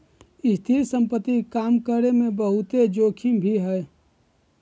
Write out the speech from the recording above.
स्थिर संपत्ति काम करे मे बहुते जोखिम भी हय